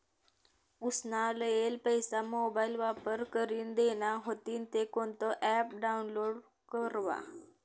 उसना लेयेल पैसा मोबाईल वापर करीन देना व्हतीन ते कोणतं ॲप डाऊनलोड करवा?